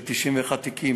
91 תיקים,